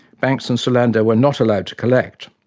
banks and solander were not allowed to collect,